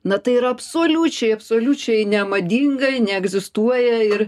na tai yra absoliučiai absoliučiai nemadinga neegzistuoja ir